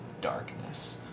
darkness